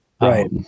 Right